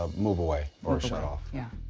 ah move away or shut off. yeah.